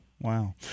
Wow